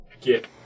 get